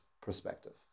perspective